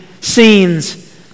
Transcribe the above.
scenes